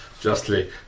justly